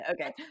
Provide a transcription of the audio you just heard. Okay